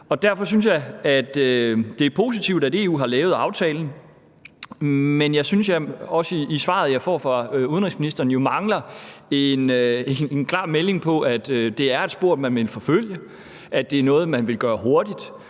Derfor synes jeg, det er positivt, at EU har lavet aftalen. Men jeg synes også, at jeg i svaret, jeg får fra udenrigsministeren, mangler en klar melding om, at det er et spor, man vil forfølge, og at det er noget, man vil gøre hurtigt.